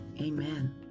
Amen